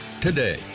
today